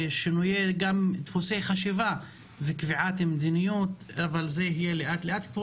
שינויי דפוסי חשיבה וקביעת מדיניות אבל זה יהיה לאט-לאט.